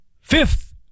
fifth